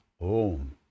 om